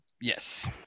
Yes